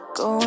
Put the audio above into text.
go